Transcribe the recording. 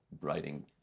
writing